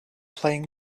playing